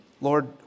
Lord